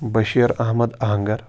Bashir Ahmad Ahangar